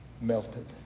melted